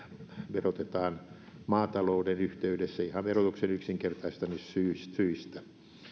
verotetaan maatalouden yhteydessä ihan verotuksen yksinkertaistamisen syistä